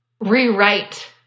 Rewrite